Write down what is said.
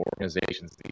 organizations